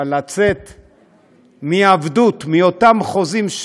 אבל לצאת מעבדות, מאותם חוזים,